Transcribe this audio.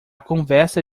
conversa